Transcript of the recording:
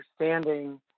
understanding